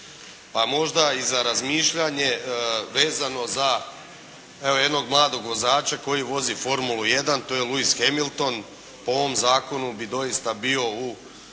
A možda i za razmišljanje vezano za evo jednog mladog vozača koji vozi "Formulu 1", Louis Hamilton, po ovom zakonu bi doista bio u